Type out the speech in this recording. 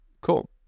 Cool